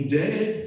dead